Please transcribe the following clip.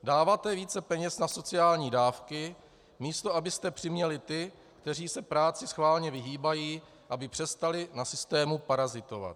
Dáváte více peněz na sociální dávky, místo abyste přiměli ty, kteří se práci schválně vyhýbají, aby přestali na systému parazitovat.